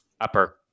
upper